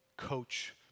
Coach